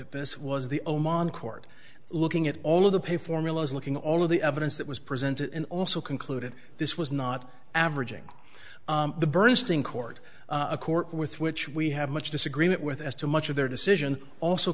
at this was the oman court looking at all of the pay formulas looking all of the evidence that was presented and also concluded this was not averaging the bernstein court a court with which we have much disagreement with as to much of their decision also